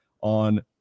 on